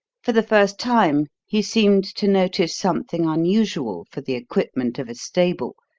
for the first time he seemed to notice something unusual for the equipment of a stable,